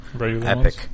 epic